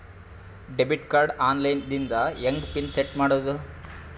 Debit card online ದಿಂದ ಹೆಂಗ್ PIN set ಮಾಡೋದು?